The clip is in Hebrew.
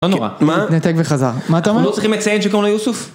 לא נורא. מה? התנתק וחזר. מה אתה אומר? אנחנו לא צריכים את לציין שקוראים לו יוסוף?